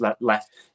left